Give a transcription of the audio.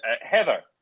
Heather